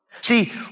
See